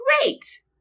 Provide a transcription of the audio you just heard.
great